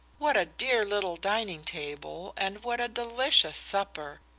what a dear little dining table and what a delicious supper!